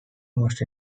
most